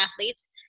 athletes